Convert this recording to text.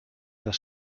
das